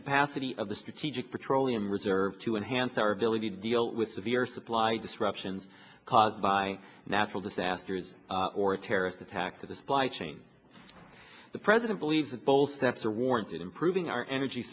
capacity of the strategic petroleum reserve to enhance our ability to deal with severe supply disruptions caused by natural disasters or terrorist attacks or the supply chain the president believes that both steps are warranted improving our energy